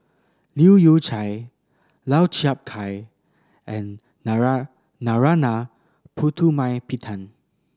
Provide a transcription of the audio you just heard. Leu Yew Chye Lau Chiap Khai and Narana Putumaippittan